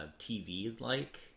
TV-like